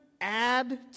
add